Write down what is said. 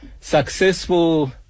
successful